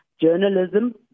Journalism